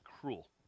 cruel